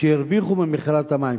שהרוויחו ממכירת המים,